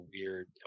weird